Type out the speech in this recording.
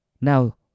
Now